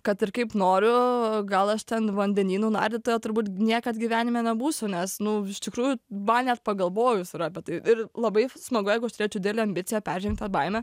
kad ir kaip noriu gal aš ten vandenynų nardytoja turbūt niekad gyvenime nebūsiu nes nu iš tikrųjų man net pagalvojus apie tai ir labai smagu jeigu aš turėčiau didelę ambiciją peržengti tą baimę